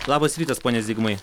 labas rytas pone zigmai